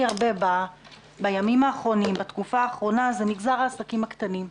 הרבה בתקופה האחרונה זה מגזר העסקים הקטנים.